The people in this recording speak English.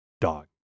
dog